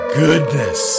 goodness